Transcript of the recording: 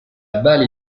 balle